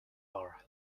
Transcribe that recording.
are